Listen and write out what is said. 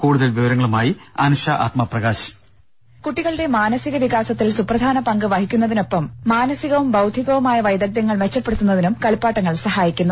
കൂടുതൽ വിവരങ്ങളുമായി അനുഷ ആത്മപ്രകാശ് ദേദ കുട്ടികളുടെ മാനസിക വികാസത്തിൽ സുപ്രധാന പങ്ക് വഹിക്കുന്നതിനൊപ്പം മാനസികവും ബൌദ്ധികവുമായ വൈദഗ്ധ്യങ്ങൾ മെച്ചപ്പെടുത്തുന്നതിനും കളിപ്പാട്ടങ്ങൾ സഹായിക്കുന്നു